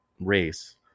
race